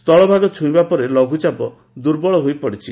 ସ୍ଚଳଭାଗ ଛୁଇଁବା ପରେ ଲଘୁଚାପ ଦୁର୍ବଳ ହୋଇପଡ଼ିଛି